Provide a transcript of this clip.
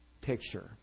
picture